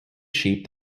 sheep